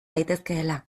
daitezkeela